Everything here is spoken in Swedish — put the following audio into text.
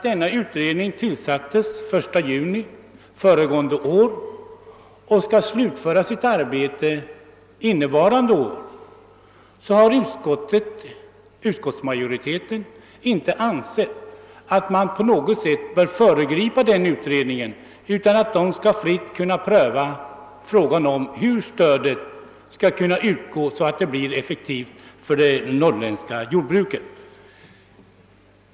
Denna utredning tillsattes den 1 juni föregående år och skall slutföra sitt arbete innevarande år. Utskottsmajoriteten har därför ansett att man inte bör föregripa utredningen utan att den fritt skall få pröva frågan hur stödet skall kunna göras effektivt för det norrländska jordbruket.